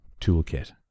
toolkit